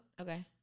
Okay